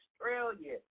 Australia